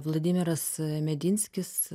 vladimiras medinskis